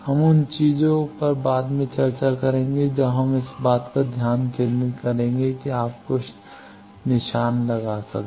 हम उन चीजों पर बाद में चर्चा करेंगे जब हम इस बात पर ध्यान केंद्रित करेंगे कि आप कुछ निशान लगा सकते हैं